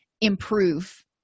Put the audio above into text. improve